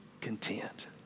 content